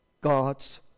God's